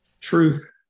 truth